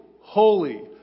holy